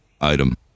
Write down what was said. item